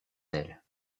ailes